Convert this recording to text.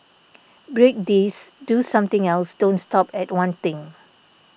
break this do something else don't stop at one thing